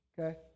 okay